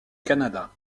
canada